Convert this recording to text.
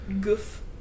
goof